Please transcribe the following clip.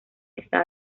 está